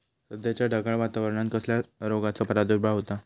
सध्याच्या ढगाळ वातावरणान कसल्या रोगाचो प्रादुर्भाव होता?